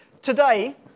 Today